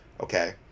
Okay